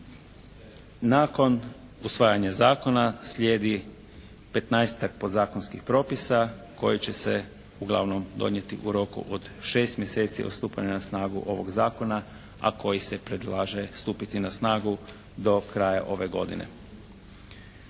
Nakon usvajanja zakona slijedi 15-tak podzakonskih propisa koje će se uglavnom donijeti u roku od 6 mjeseci od stupanja na snagu ovog zakona a koji se predlaže stupiti na snagu do kraja ove godine.